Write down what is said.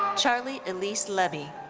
charlie elise lebby.